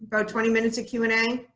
about twenty minutes of q and a?